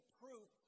proof